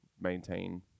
maintain